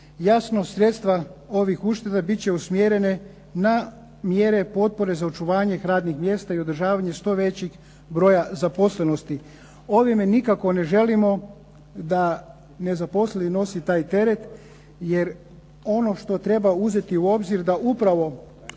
Jasno sredstva ovih ušteda bit će usmjerene na mjere potpore za očuvanje radnih mjesta, i održavanje što većeg broja zaposlenosti. Ovime nikako ne želimo da nezaposleni nosi taj teret, jer ono što treba uzeti u obzir da upravo